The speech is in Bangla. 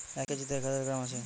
এক কেজিতে এক হাজার গ্রাম আছে